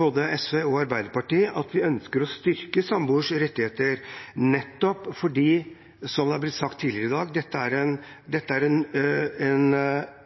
Både SV og Arbeiderpartiet ønsker å styrke samboeres rettigheter nettopp fordi det, som det er blitt sagt tidligere i dag,